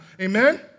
amen